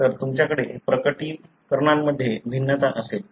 तर तुमच्याकडे प्रकटीकरणांमध्ये भिन्नता असेल